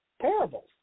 parables